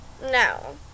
No